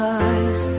eyes